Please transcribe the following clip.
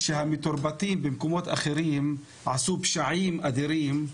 שהמתורבתים במקומות אחרים עשו פשעים אדירים.